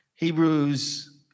Hebrews